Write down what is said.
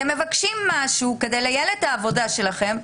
אתם מבקשים משהו כדי לייעל את העבודה שלכם.